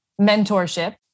mentorship